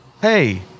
hey